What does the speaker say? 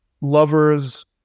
lovers